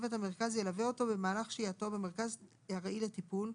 צוות המרכז ילווה אותו במהלך שהייתו במרכז ארעי לטיפול,